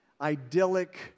idyllic